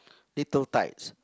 little tykes